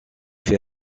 fait